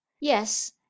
Yes